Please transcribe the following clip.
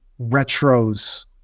retros